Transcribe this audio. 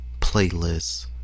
playlists